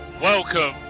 Welcome